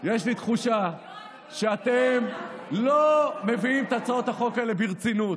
יש לי תחושה שאתם לא מביאים את הצעות החוק האלה ברצינות,